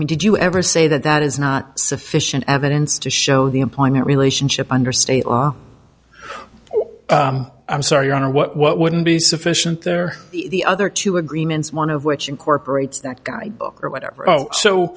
mean did you ever say that that is not sufficient evidence to show the employment relationship under state law i'm sorry your honor what what wouldn't be sufficient there the other two agreements one of which incorporates that guidebook or whatever oh so